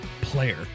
player